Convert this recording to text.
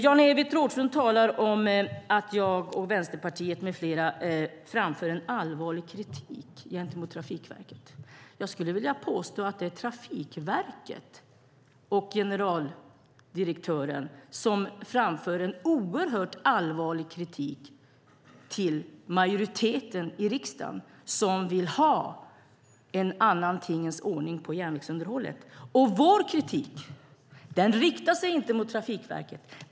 Jan-Evert Rådhström säger att jag, Vänsterpartiet med flera framför allvarlig kritik mot Trafikverket. Jag skulle vilja påstå att det är Trafikverket och dess generaldirektör som framför oerhört allvarlig kritik mot majoriteten i riksdagen, som vill ha en annan tingens ordning på järnvägsunderhållet. Vår kritik riktar sig inte mot Trafikverket.